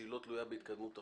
שהיא לא תלויה בהתקדמות החוק".